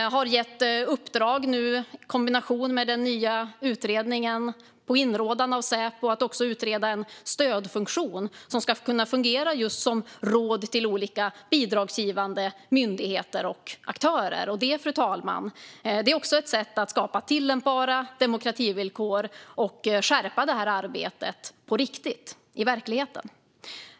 Vi har nu gett ett uppdrag, i kombination med den nya utredningen och på inrådan av Säpo, att också utreda en stödfunktion som ska kunna fungera just som råd till olika bidragsgivande myndigheter och aktörer. Det, fru talman, är också ett sätt att skapa tillämpbara demokrativillkor och skärpa det här arbetet på riktigt, i verkligheten.